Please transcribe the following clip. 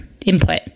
input